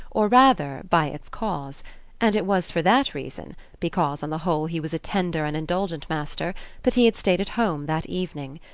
or rather by its cause and it was for that reason because on the whole he was a tender and indulgent master that he had stayed at home that evening.